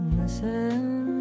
listen